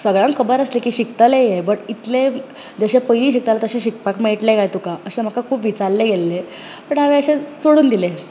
सगळ्यांक खबर आसली की शिकतले हे बट इतले जशें पयली शिकताले तशें शिकपाक मेळटले कांय तुका अशे म्हाका विचाल्ले गेल्ले बट हांवें अशेंच सोडून दिले